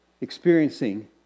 experiencing